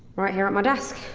right here at my desk,